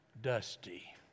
dusty